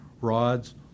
rods